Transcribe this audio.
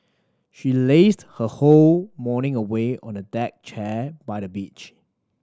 she lazed her whole morning away on a deck chair by the beach